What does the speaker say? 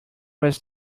was